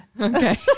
okay